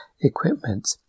equipment